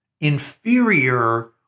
inferior